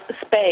space